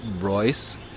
Royce